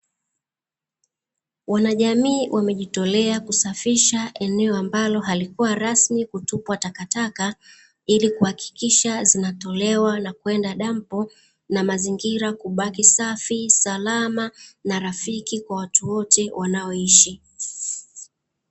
Wanajamii wamejitolea kusafisha eneo ambalo halikuwa rasmi kutupwa takataka, ilikuhakikisha zinatolewa kwenda dampo na mazingira kubaki safi salama na rafiki kwa watu wote wanaoishi.